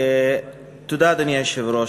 תודה, אדוני היושב-ראש.